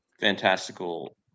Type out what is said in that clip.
Fantastical